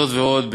זאת ועוד,